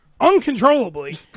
uncontrollably